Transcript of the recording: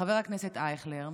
חבר הכנסת אייכלר,